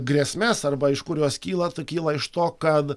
grėsmes arba iš kur jos kyla tai kyla iš to kad